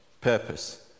purpose